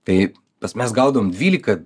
tai nes mes gaudom dvylika